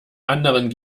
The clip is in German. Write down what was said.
anderen